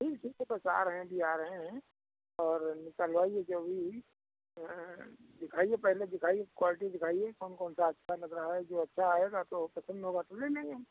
ठीक ठीक तो बस आ रहें अभी आ रहे हैं और निकलवाइए जो भी दिखाइए पहले दिखाइए क्वाल्टी दिखाइए कौन कौन सा अच्छा लग रहा है जो अच्छा आएगा तो पसंद होगा तो ले लेंगे हम